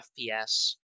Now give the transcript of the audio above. FPS